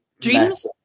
dreams